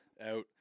out